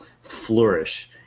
flourish